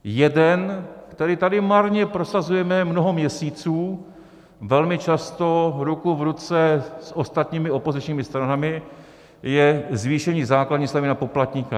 Jeden, který tady marně prosazujeme mnoho měsíců, velmi často ruku v ruce s ostatními opozičními stranami, je zvýšení základní slevy na poplatníka.